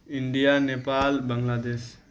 India Nepal Bangla this